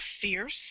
fierce